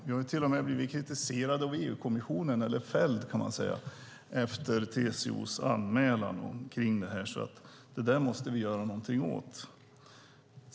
Vi har till och med blivit fällda av EU-kommissionen efter TCO:s anmälan när det gäller detta, så det måste vi göra något åt.